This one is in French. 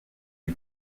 lui